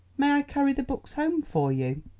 may i carry the books home for you?